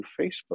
Facebook